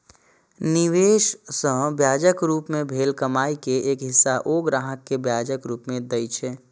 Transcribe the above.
निवेश सं ब्याजक रूप मे भेल कमाइ के एक हिस्सा ओ ग्राहक कें ब्याजक रूप मे दए छै